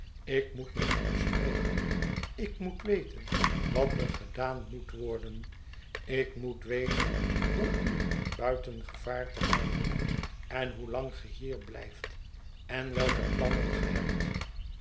ik moet met u spreken ik moet weten wat er gedaan moet worden ik moet weten hoe u buiten gevaar te houden en hoelang ge hier blijft en welke plannen ge hebt